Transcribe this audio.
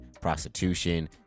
prostitution